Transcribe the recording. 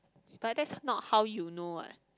but that's not how you know what